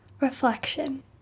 reflection